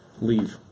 Leave